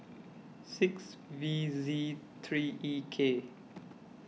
six V Z three E K